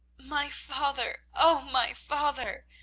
my father, oh, my father,